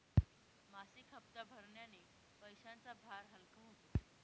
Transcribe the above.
मासिक हप्ता भरण्याने पैशांचा भार हलका होतो